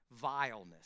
vileness